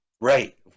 right